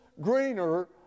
greener